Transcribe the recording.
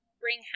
bring